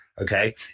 Okay